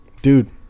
dude